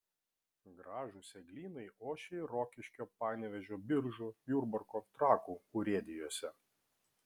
gražūs eglynai ošia ir rokiškio panevėžio biržų jurbarko trakų urėdijose